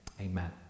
Amen